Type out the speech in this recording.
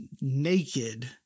naked